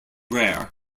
rare